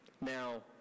Now